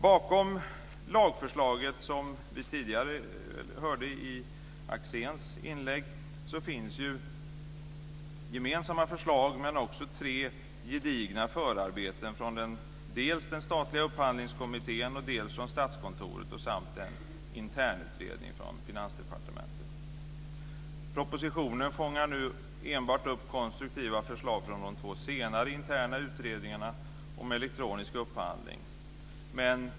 Bakom lagförslaget finns ju, som vi tidigare hörde i Axéns inlägg, gemensamma förslag men också tre gedigna förarbeten dels från den statliga upphandlingskommittén, dels från Statskontoret samt dels från en internutredning på Finansdepartementet. Propositionen fångar nu enbart upp konstruktiva förslag från de två senare interna utredningarna om elektronisk upphandling.